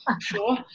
sure